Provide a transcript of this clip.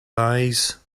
eyes